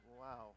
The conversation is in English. Wow